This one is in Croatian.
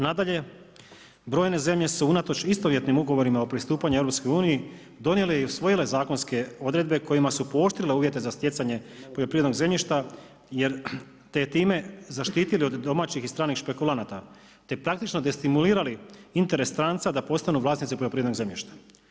Nadalje, brojne zemlje su unatoč istovjetnim ugovorima o pristupanju EU donijele i usvojile zakonske odredbe kojima su pooštrile uvjete za stjecanje poljoprivrednog zemljišta jer te time zaštitile od domaćih i stranih špekulanata te praktično destimulirali interes stranca da postanu vlasnici poljoprivrednog zemljišta.